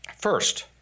First